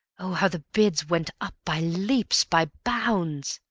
oh, how the bids went up by leaps, by bounds!